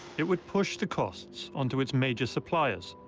it would push the costs onto its major suppliers.